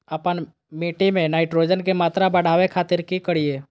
आपन मिट्टी में नाइट्रोजन के मात्रा बढ़ावे खातिर की करिय?